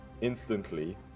instantly